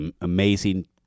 amazing